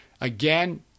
Again